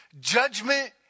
judgment